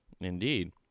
Indeed